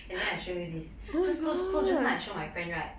and then I show you this just so so just now I show my friend right